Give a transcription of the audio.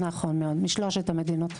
נכון, משלוש המדינות.